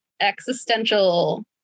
existential